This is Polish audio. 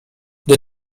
gdy